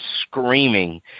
screaming